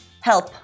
Help